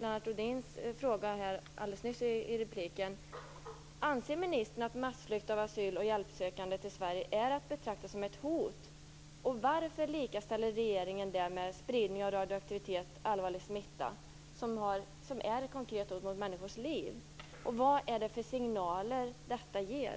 Lennart Rohdins replik till försvarsministern. Anser ministern att massflykt av asyl och hjälpsökande till Sverige är att betrakta som ett hot? Varför likställer regeringen massflykt med spridning av radioaktivitet och allvarlig smitta, något som är konkreta hot mot människors liv? Vilka signaler ger detta?